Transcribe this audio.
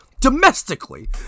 domestically